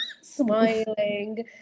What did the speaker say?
smiling